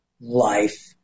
life